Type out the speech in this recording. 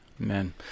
Amen